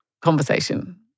conversation